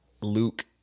Luke